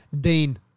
Dean